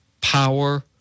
power